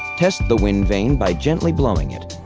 test the wind vane by gently blowing it.